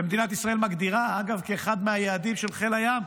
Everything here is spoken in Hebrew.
ומדינת ישראל מגדירה כאחד מהיעדים של חיל הים,